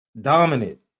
dominant